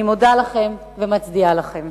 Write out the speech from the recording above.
אני מודה לכם ומצדיעה לכם.